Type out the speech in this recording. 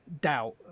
doubt